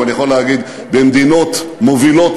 אבל אני יכול להגיד: במדינות מובילות